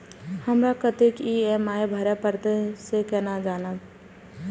हमरा कतेक ई.एम.आई भरें परतें से केना जानब?